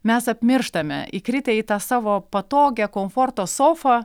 mes apmirštame įkritę į tą savo patogią komforto sofą